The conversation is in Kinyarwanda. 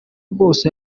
bwose